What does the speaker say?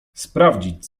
sprawdzić